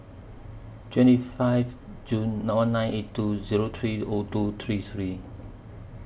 twenty five June one nine eight two Zero three O two three three